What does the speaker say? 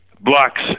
blocks